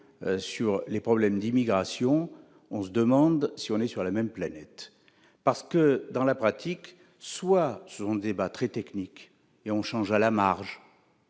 sur les problèmes d'immigration, on se demande si on est sur la même planète ! Dans la pratique, soit il s'agit de débats très techniques, et de modifications à la marge,